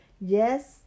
Yes